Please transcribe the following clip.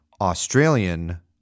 australian